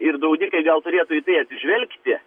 ir draudikai gal turėtų į tai atsižvelgti